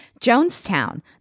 Jonestown